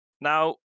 Now